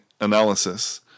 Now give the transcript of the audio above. analysis